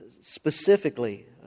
specifically